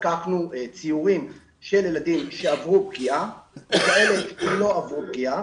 לקחנו ציורים של ילדים שעברו פגיעה וכאלה שלא עברו פגיעה,